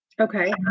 okay